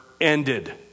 ended